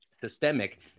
systemic